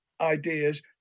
ideas